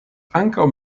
ankaŭ